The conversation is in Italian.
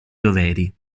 doveri